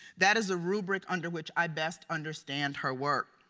that is a rubric under which i best understand her work.